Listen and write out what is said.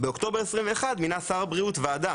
באוקטובר 2021 מינה שר הבריאות ועדה,